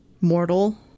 mortal